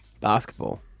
basketball